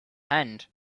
hand